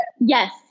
Yes